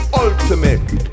ultimate